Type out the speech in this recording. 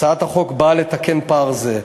הצעת החוק באה לתקן פער זה.